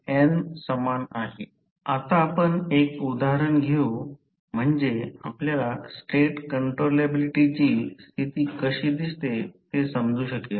31 आता आपण एक उदाहरण घेऊ या म्हणजे आपल्याला स्टेट कंट्रोलॅबिलिटीची स्थिती कशी दिसते हे समजू शकेल